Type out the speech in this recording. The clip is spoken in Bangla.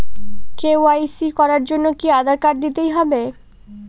কে.ওয়াই.সি করার জন্য কি আধার কার্ড দিতেই হবে?